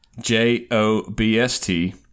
J-O-B-S-T